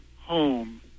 home